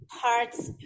parts